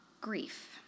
grief